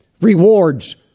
rewards